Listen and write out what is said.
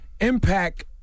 impact